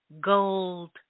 gold